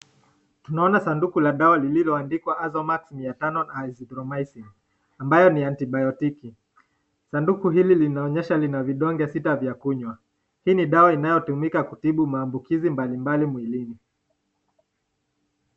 Naona saduku la dawa lizilo andikwa AZOMAX 500,(Azithromycin) ambayo ni andibiotiki, saduku hili linaonyesha lina vidonge sita yya kunywa, hii ni dawa inayotumika kuhudu maambikizi mwilini.